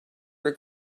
were